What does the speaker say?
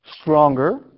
stronger